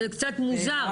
זה קצת מוזר.